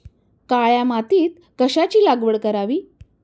काळ्या मातीत कशाची लागवड करावी?